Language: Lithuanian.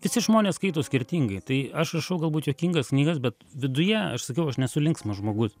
visi žmonės skaito skirtingai tai aš rašau galbūt juokingas knygas bet viduje aš sakiau aš nesu linksmas žmogus